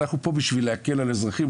אנחנו פה כדי להקל על אזרחים,